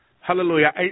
Hallelujah